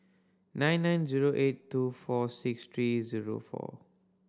nine nine zero eight two four six three zero four